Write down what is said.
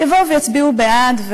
יבואו ויצביעו בעד,